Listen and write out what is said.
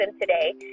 today